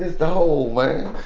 the hole,